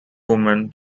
women